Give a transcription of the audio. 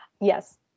yes